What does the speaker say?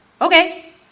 okay